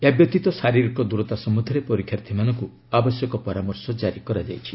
ଏହା ବ୍ୟତୀତ ଶାରୀରିକ ଦୂରତା ସମ୍ବନ୍ଧରେ ପରୀକ୍ଷାର୍ଥୀମାନଙ୍କୁ ଆବଶ୍ୟକ ପରାମର୍ଶ ଜାରି କରାଯାଇଛି